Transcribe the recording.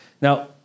Now